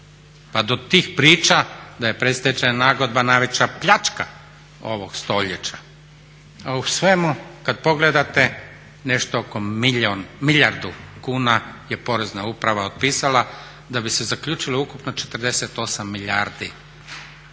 pa do tih priča da je predstečajna nagodba najveća pljačka ovog stoljeća. U svemu kad pogledate nešto oko milijardu kuna je porezna uprava otpisala da bi se zaključilo ukupno 408 milijardi